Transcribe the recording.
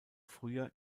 früher